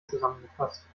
zusammengefasst